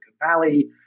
Valley